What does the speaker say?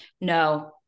no